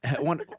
one